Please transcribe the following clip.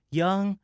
young